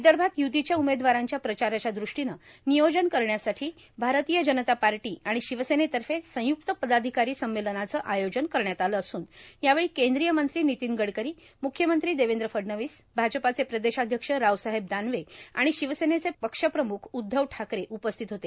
विदर्भात युतीच्या उमेदवारांच्या प्रचाराच्या दृष्टीनं नियोजन करण्यासाठी भारतीय जनता पार्टी आणि शिवसेनेतर्फे संयुक्त पदाधिकारी संमेलनाचं आयोजन करण्यात आलं असून यावेळी केंद्रीय मंत्री नितीन गडकरी मुख्यमंत्री देवेंद्र फडणवीस भाजपाचे प्रदेशाध्यक्ष राबवसाहेब दानवे आणि शिवसेनेचे पक्षप्रमुख उद्धव ठाकरे उपस्थित होते